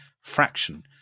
fraction